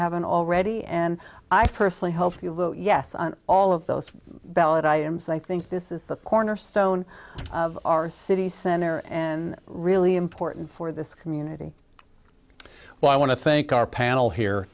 haven't already and i personally hope you'll vote yes on all of those ballot i am so i think this is the cornerstone of our city center in really important for this community well i want to thank our panel here